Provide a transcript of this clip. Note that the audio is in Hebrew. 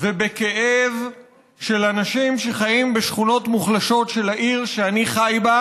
ובכאב של אנשים שחיים בשכונות מוחלשות של העיר שאני חי בה,